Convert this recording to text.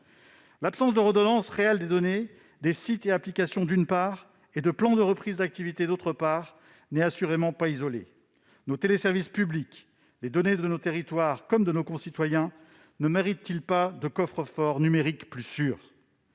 L'absence de redondance réelle des données des sites et applications, d'une part, et de plans de reprise d'activité, d'autre part, n'est assurément pas isolée. Les téléservices publics, les données de nos territoires comme celles de nos concitoyens ne méritent-ils pas un coffre-fort numérique plus sûr ?